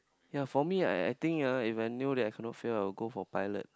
ya for me I think ah if I knew that I cannot fail I will go for pilot